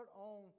on